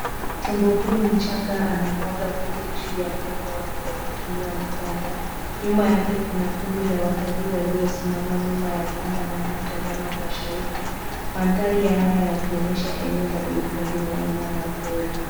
Tembo huyu mchanga anamwaga vumbi juu ya mgongo wake kwa kutumia mkonga. Nyuma yake kuna kundi la watalii waliosimama nyuma ya kamba na wanamtazama kwa shauku. Mandhari haya yakionyesha eneo la uhifadhi wa wanyama pori.